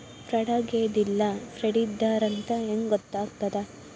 ಫ್ರಾಡಾಗೆದ ಇಲ್ಲ ಫ್ರಾಡಿದ್ದಾರಂತ್ ಹೆಂಗ್ ಗೊತ್ತಗ್ತದ?